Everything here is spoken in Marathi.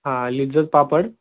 हां लिज्जत पापड